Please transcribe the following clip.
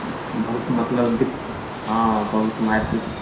बहुत मतलब ही हँ बहुत मारि पीट